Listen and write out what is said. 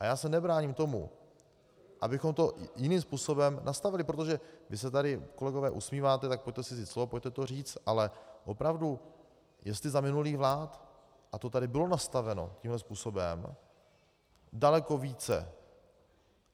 A já se nebráním tomu, abychom to jiným způsobem nastavili, protože vy se tady, kolegové, usmíváte, tak si pojďte vzít slovo a pojďte to říct, ale opravdu, jestli za minulých vlád to tady bylo nastaveno tímhle způsobem daleko více